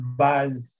base